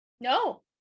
no